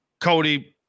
Cody